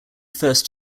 first